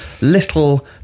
little